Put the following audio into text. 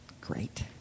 great